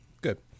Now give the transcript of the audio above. Good